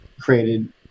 created